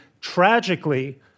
tragically